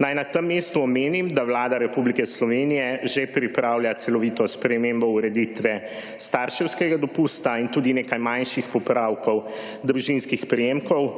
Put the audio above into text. Naj na tem mestu omenim, da Vlada Republike Slovenije že pripravlja celovito spremembo ureditve starševskega dopusta in tudi nekaj manjših popravkov družinskih prejemkov,